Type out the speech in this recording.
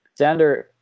Xander